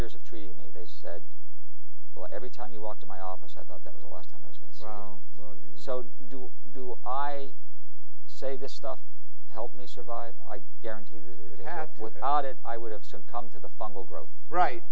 years of treating me they said every time you walk to my office i thought that was the last time i was going to so do do i say this stuff helped me survive i guarantee that it hath without it i would have some come to the fungal growth right